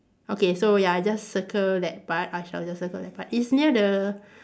okay so ya just circle that part I shall just circle that part it's near the